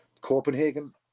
Copenhagen